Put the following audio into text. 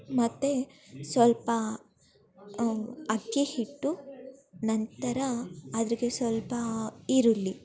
ಮತ್ತು ಸ್ವಲ್ಪ ಅಕ್ಕಿ ಹಿಟ್ಟು ನಂತರ ಅದ್ರಗೆ ಸ್ವಲ್ಪ ಈರುಳ್ಳಿ